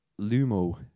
Lumo